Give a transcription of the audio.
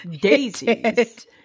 daisies